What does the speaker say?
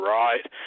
right